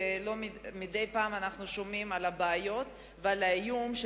מדי פעם אנחנו שומעים על הבעיות ועל האיום של